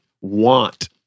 want